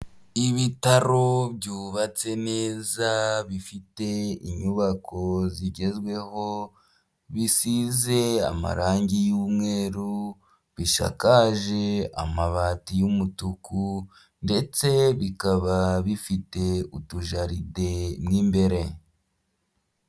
Ibitaro byubatse neza, bifite inyubako zigezweho, bisize amarangi y'umweru, bishakaje amabati y'umutuku, ndetse bikaba bifite utujaride mo imbere.